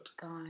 God